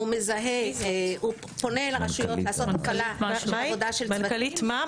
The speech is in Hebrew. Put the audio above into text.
הוא מזהה, הוא פונה אל הרשויות --- מנכ"לית מה?